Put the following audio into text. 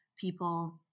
people